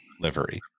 livery